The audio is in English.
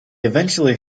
eventually